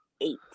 eight